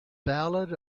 ballad